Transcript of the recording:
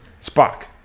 Spock